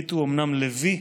עמית הוא אומנם לוי,